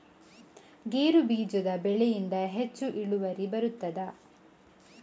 ಗೇರು ಬೀಜದ ಬೆಳೆಯಿಂದ ಹೆಚ್ಚು ಇಳುವರಿ ಬರುತ್ತದಾ?